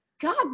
God